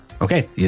Okay